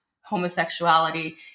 homosexuality